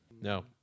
No